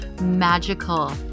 magical